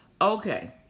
Okay